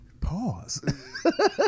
pause